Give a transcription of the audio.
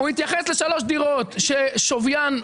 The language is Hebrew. הוא התייחס לשלוש דירות ששווין הוא